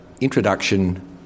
introduction